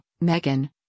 Megan